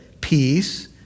peace